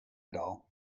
doll